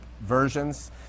versions